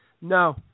No